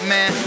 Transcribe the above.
Man